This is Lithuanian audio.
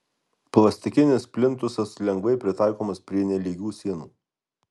plastikinis plintusas lengvai pritaikomas prie nelygių sienų